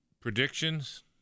Predictions